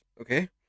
okay